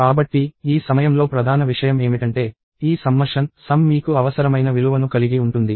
కాబట్టి ఈ సమయంలో ప్రధాన విషయం ఏమిటంటే ఈ సమ్మషన్ సమ్ మీకు అవసరమైన విలువను కలిగి ఉంటుంది